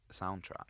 soundtrack